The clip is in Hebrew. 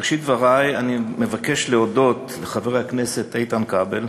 בראשית דברי אני מבקש להודות לחבר הכנסת איתן כבל,